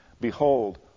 Behold